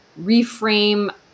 reframe